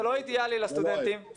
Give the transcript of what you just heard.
זה לא אידיאלי לסטודנטים,